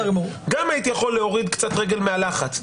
גם הייתי יכול להוריד קצת רגל מהלחץ.